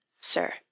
sir